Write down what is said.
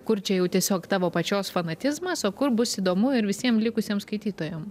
kur čia jau tiesiog tavo pačios fanatizmas o kur bus įdomu ir visiem likusiem skaitytojam